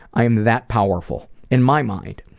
i am that powerful in my mind.